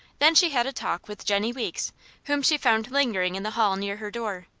then she had a talk with jennie weeks whom she found lingering in the hall near her door.